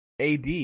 AD